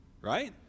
right